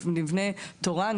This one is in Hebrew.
נבנה תורן,